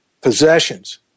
possessions